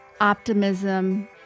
optimism